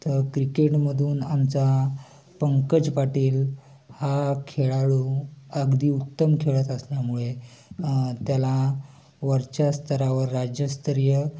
तर क्रिकेटमधून आमचा पंकज पाटील हा खेळाडू अगदी उत्तम खेळत असल्यामुळे त्याला वरच्या स्तरावर राज्यस्तरीय